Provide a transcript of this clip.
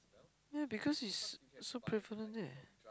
yea because it's so prevalent there